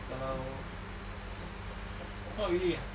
kalau not really lah